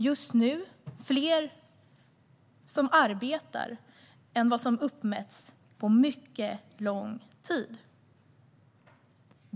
Just nu har vi fler som arbetar än vad som uppmätts på mycket lång tid.